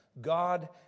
God